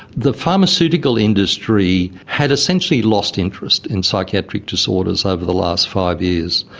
the pharmaceutical industry had essentially lost interest in psychiatric disorders over the last five years.